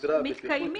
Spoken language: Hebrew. הבטיחות.